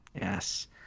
Yes